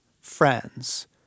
friends